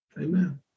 Amen